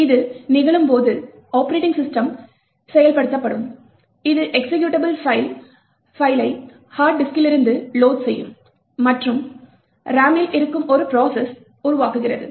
இது நிகழும்போது operating system செயல்படுத்தப்படும்போது அது எக்சிகியூட்டபிள் பைல்ஸ் ஹார்ட் டிஸ்க்கிளிருந்து லோட் செய்யும் மற்றும் ரேமில் இருக்கும் ஒரு ப்ரோசஸ்யை உருவாக்குகிறது